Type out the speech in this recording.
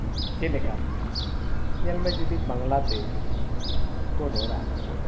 ᱪᱮᱫ ᱞᱮᱠᱟ ᱧᱮᱞ ᱢᱮ ᱡᱩᱫᱤ ᱵᱟᱝᱞᱟ ᱛᱮᱠᱚ ᱨᱚᱲᱟ